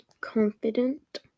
confident